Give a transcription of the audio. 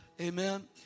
Amen